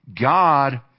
God